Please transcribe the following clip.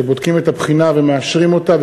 שבודקים את הבחינה ומאשרים אותה,